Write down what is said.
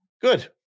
Good